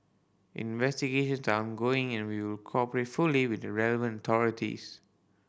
investigations are ongoing and we will cooperate fully with the relevant authorities